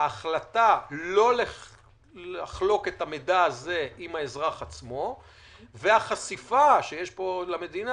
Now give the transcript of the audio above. ההחלטה לא לחלוק את המידע הזה עם האזרח עצמו והחשיפה שיש פה למדינה